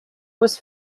was